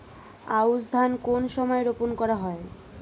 আউশ ধান কোন সময়ে রোপন করা হয়?